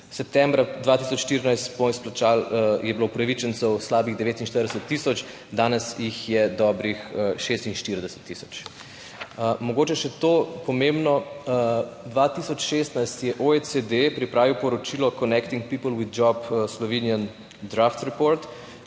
Septembra 2014 je bilo upravičencev slabih 49 tisoč, danes jih je dobrih 46 tisoč. Mogoče še to, pomembno, 2016 je OECD pripravil poročilo Connecting People with Jobs, Slovenia, Draft Report,